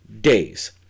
days